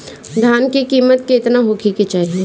धान के किमत केतना होखे चाही?